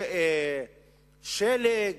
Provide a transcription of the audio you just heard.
שלג,